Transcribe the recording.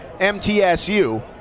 MTSU